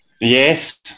Yes